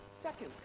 second